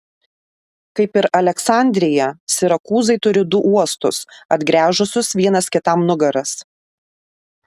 kaip ir aleksandrija sirakūzai turi du uostus atgręžusius vienas kitam nugaras